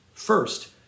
First